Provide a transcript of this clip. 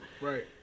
Right